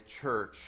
church